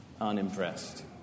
unimpressed